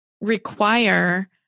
require